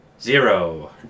Zero